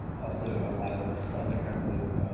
also a lot of other kinds of